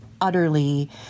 utterly